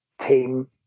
team